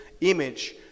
image